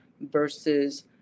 versus